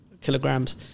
kilograms